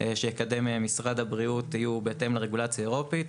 שיקדם משרד הבריאות יהיו בהתאם לרגולציה האירופית.